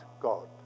God